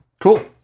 cool